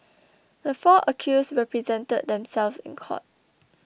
the four accused represented themselves in court